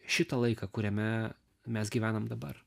šitą laiką kuriame mes gyvenam dabar